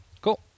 Cool